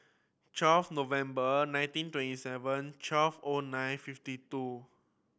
twelve November nineteen twenty seven twelve O nine fifty two